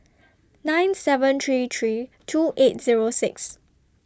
nine seven three three two eight Zero six